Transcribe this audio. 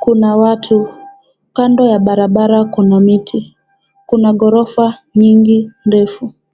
Kuna watu. Kando ya barabar kuna miti. Kuna ghorofa nyingi ndefu.